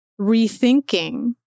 rethinking